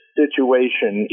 situation